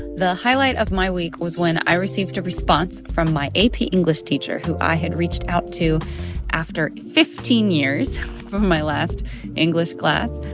the highlight of my week was when i received a response from my ap english teacher, who i had reached out to after fifteen years from my last english class.